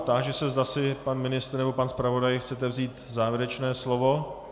Táži se, zda si pan ministr nebo zpravodaj chce vzít závěrečné slovo.